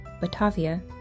Batavia